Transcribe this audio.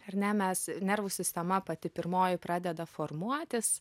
ar ne mes nervų sistema pati pirmoji pradeda formuotis